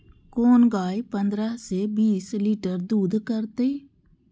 कोन गाय पंद्रह से बीस लीटर दूध करते?